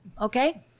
okay